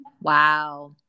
Wow